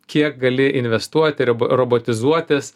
kiek gali investuoti robotizuotis